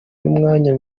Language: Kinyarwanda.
myanya